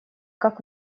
как